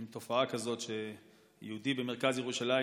מין תופעה כזאת שיהודי במרכז ירושלים